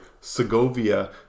Segovia